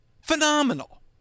Phenomenal